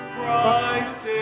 Christ